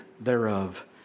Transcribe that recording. thereof